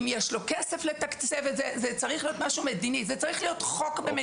לאם הוא מבין את המשמעות והחשיבות של זה או לא ולאם יש לזה תקציב או לא.